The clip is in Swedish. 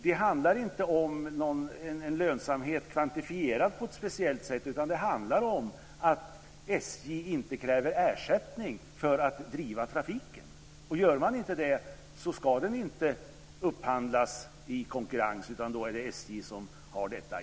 Det handlar inte om en lönsamhet kvantifierad på ett speciellt sätt, utan det handlar om att SJ inte kräver ersättning för att driva trafiken. Gör man inte det ska den inte upphandlas i konkurrens, utan då är det SJ som har detta.